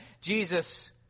Jesus